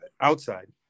Outside